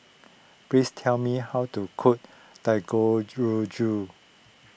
please tell me how to cook